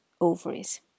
ovaries